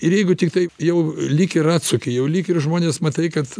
ir jeigu tiktai jau lyg ir atsuki jau lyg ir žmones matai kad